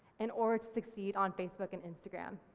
in order to succeed on facebook and instagram.